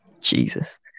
Jesus